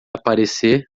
aparecer